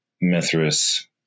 Mithras